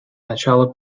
началу